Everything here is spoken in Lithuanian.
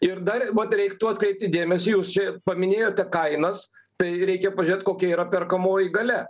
ir dar vat reiktų atkreipti dėmesį jūs čia paminėjote kainas tai reikia pažiūrėt kokia yra perkamoji galia